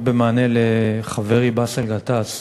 רק במענה לחברי באסל גטאס: